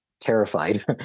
terrified